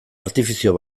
artifizio